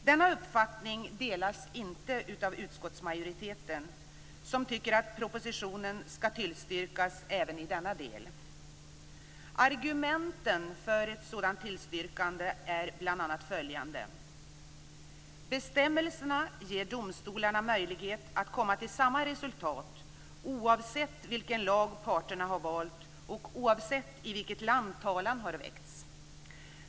Denna uppfattning delas inte av utskottsmajoriteten, som tycker att propositionen även i denna del skall tillstyrkas. Argumenten för ett sådant tillstyrkande är bl.a. följande. Bestämmelserna ger domstolarna möjlighet att komma till samma resultat oavsett vilken lag parterna har valt och oavsett i vilket land talan har väckts.